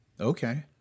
Okay